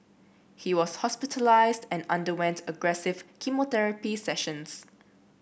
he was hospitalised and underwent aggressive chemotherapy sessions